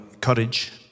courage